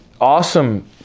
awesome